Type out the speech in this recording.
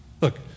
Look